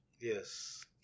Yes